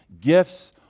gifts